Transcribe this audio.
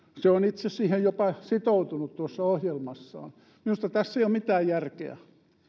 se on itse siihen jopa sitoutunut tuossa ohjelmassaan minusta tässä ei ole mitään järkeä